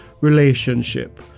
Relationship